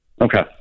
Okay